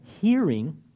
hearing